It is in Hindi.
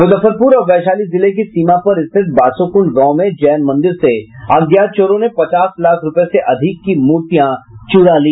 मुजफ्फरपुर और वैशाली जिले की सीमा पर स्थित बासोकुण्ड गांव में जैन मंदिर से अज्ञात चोरों ने पचास लाख रूपये से अधिक की मूर्तियां चुरा ली